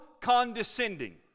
condescending